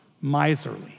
miserly